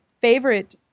favorite